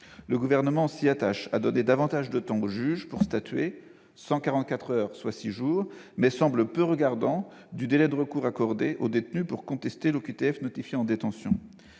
Le Gouvernement s'attache à donner davantage de temps au juge pour statuer- 144 heures, soit 6 jours -, mais semble peu regardant quant au délai de recours accordé au détenu pour contester l'OQTF notifiée en détention.